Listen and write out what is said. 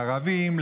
לערבים,